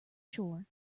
shore